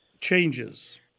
changes